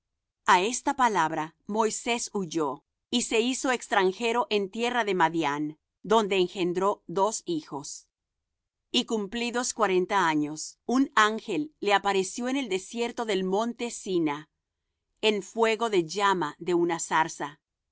a esta palabra moisés huyó y se hizo extranjero en tierra de madián donde engendró dos hijos y cumplidos cuarenta años un ángel le apareció en el desierto del monte sina en fuego de llama de una zarza